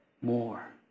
more